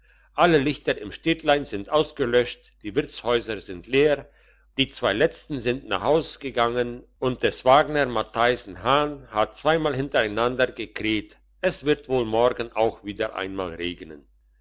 alle lichter im städtlein sind ausgelöscht die wirtshäuser sind leer die zwei letzten sind nach haus gegangen und des wagner mattheisen hahn hat zweimal hintereinander gekräht es wird wohl morgen auch wieder einmal regnen